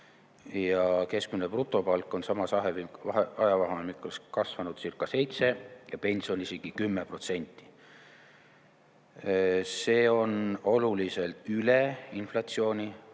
keskmine brutopalk on samas ajavahemikus kasvanudcirca7% ja pension isegi 10%. See on olulisel määral üle inflatsiooni.